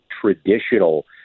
traditional